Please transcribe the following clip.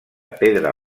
pedra